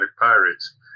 pirates